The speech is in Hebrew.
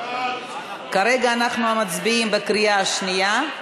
כרגע אנחנו מצביעים בקריאה שנייה.